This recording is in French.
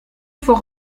faut